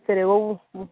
சரி ஒவ் ம்